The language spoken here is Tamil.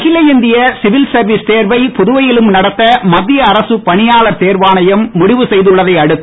அகில இந்திய சிவில் சர்வீஸ் தேர்வை புதுவையிலும் நடத்த மத்திய அரசு பணியாளர் தேர்வாணயம் முடிவு செய்துள்ளதை அடுத்து